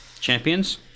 Champions